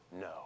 no